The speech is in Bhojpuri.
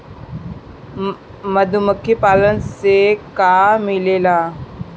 मधुमखी पालन से का मिलेला?